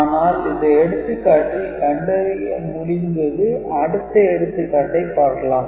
ஆனால் இந்த எடுத்துக்காட்டில் கண்டறிய முடிந்தது அடுத்த எடுத்துக்காட்டை பார்க்கலாம்